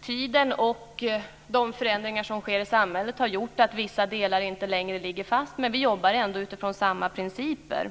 Tiden och de förändringar som sker i samhället har gjort att vissa delar inte längre ligger fast, men vi jobbar ändå efter samma principer.